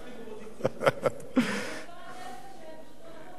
לא מספיק אופוזיציה.